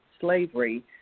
slavery